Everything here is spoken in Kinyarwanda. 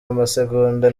amasegonda